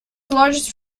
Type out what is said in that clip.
largest